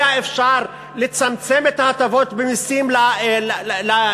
היה אפשר לצמצם את ההטבות במסים לעשירים,